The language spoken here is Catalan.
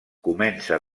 comença